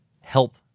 help